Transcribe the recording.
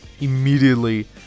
immediately